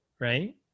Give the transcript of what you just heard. right